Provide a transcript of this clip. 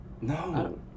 no